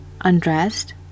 undressed